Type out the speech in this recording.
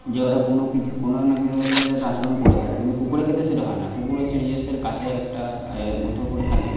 যে ওরা কোনো কিছু কোনো না কোনো এএকটা আচরণ করে ফেলে কিন্তু কুকুরের ক্ষেত্রে সেটা হয় না কুকুর হচ্ছে নিজেস্বের কাছের একটা এ মতো করে থাকে